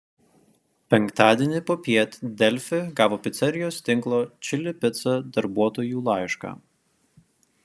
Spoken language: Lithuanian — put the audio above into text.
penktadienį popiet delfi gavo picerijos tinklo čili pica darbuotojų laišką